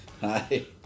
Hi